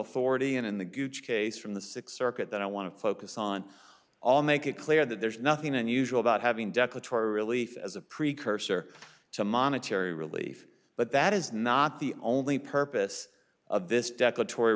authority and in the case from the sixth circuit that i want to focus on all make it clear that there nothing unusual about having declan relief as a precursor to monetary relief but that is not the only purpose of this deck a tor